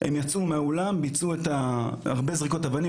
הם יצאו מהאולם ביצעו הרבה זריקות אבנים,